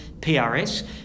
PRS